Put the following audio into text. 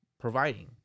providing